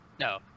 No